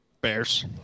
Bears